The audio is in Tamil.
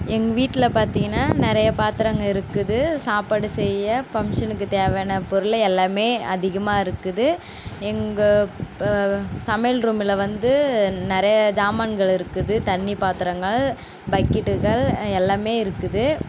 எங்கள் வீட்டில் பார்த்தீங்கன்னா நிறைய பாத்திரங்கள் இருக்குது சாப்பாடு செய்ய ஃபங்க்ஷனுக்குத் தேவையான பொருள் எல்லாம் அதிகமாக இருக்குது எங்க சமையல் ரூம்மில் வந்து நிறைய ஜாமான்கள் இருக்குது தண்ணி பாத்திரங்கள் பக்கெட்டுகள் எல்லாம் இருக்குது